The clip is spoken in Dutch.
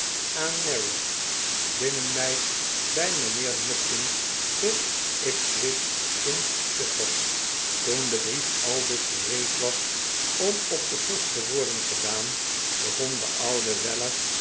mary binnenmeid bij mijnheer nupkins te ipswich in suffolk toen de brief aldus gereed was om op de post te worden gedaan begon de oude weller